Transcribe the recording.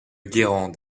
guérande